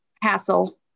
hassle